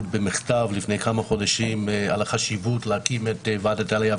במכתב לפני כמה חודשים על החשיבות להקים את וועדת העלייה,